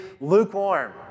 lukewarm